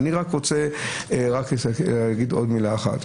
אני רק רוצה להגיד עוד מילה אחת.